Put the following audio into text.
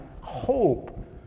hope